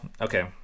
okay